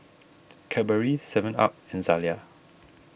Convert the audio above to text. Cadbury Seven Up and Zalia